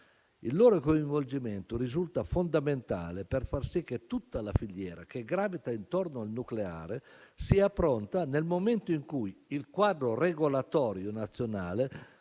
Il loro coinvolgimento risulta fondamentale per far sì che tutta la filiera che gravita intorno al nucleare sia pronta nel momento in cui il quadro regolatorio nazionale